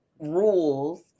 rules